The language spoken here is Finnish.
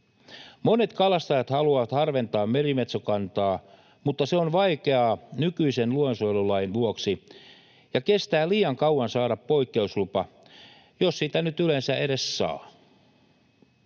Monet kalastajat haluavat harventaa merimetsokantaa, mutta se on vaikeaa nykyisen luonnonsuojelulain vuoksi ja kestää liian kauan saada poikkeuslupa, jos sitä nyt yleensä edes saa.